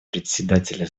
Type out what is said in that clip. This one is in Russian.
председателя